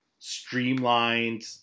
streamlined